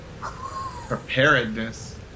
Preparedness